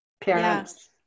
parents